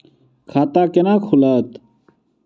खाता केना खुलत?